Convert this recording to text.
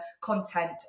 content